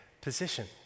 position